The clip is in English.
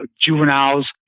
juveniles